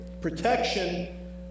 protection